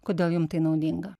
kodėl jum tai naudinga